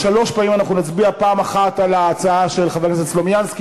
שלוש פעמים אנחנו נצביע: פעם אחת על ההצעה של חבר הכנסת סלומינסקי,